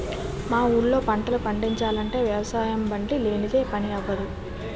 మా ఊళ్ళో పంటలు పండిచాలంటే వ్యవసాయబండి లేనిదే పని అవ్వదు